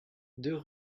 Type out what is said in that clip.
deux